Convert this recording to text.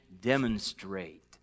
demonstrate